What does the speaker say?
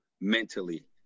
mentally